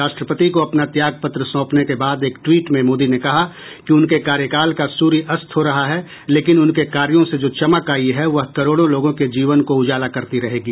राष्ट्रपति को अपना त्यागपत्र सौंपने के बाद एक ट्वीट में मोदी ने कहा कि उनके कार्यकाल का सूर्य अस्त हो रहा है लेकिन उनके कार्यों से जो चमक आई है वो करोड़ों लोगों के जीवन को उजाला करती रहेगी